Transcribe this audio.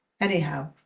Anyhow